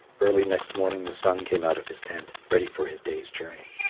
early next morning the sun came out of his tent, ready for his day's journey.